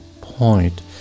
point